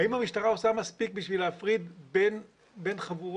האם המשטרה עושה מספיק בשביל להפריד בין חבורות